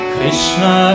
Krishna